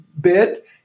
bit